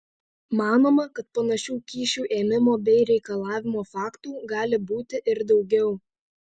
manoma kad panašių kyšių ėmimo bei reikalavimo faktų gali būti ir daugiau